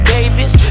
Davis